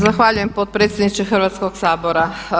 Zahvaljujem potpredsjedniče Hrvatskoga sabora.